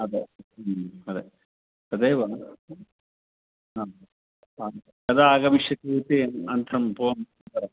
अदे अदे तदेव कदा आगमिष्यति इति अनन्तरं पोन् करोतु